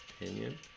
opinion